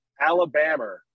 alabama